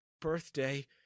birthday